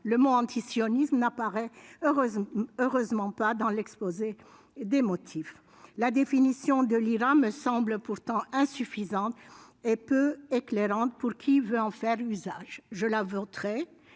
Le mot « antisionisme » n'apparaît heureusement pas dans l'exposé des motifs. La définition de l'IHRA me semble pourtant insuffisante et peu éclairante pour qui veut en faire usage. Je voterai